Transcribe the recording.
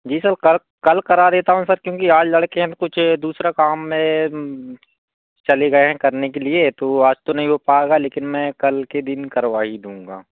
जी sir कल कल करा देता हूँ सर क्योंकि आज लड़के कुछ दूसरा काम में चले गए हैं करने के लिए तो आज तो नहीं हो पाएगा लेकिन मैं कल के दिन करवा ही दूँगा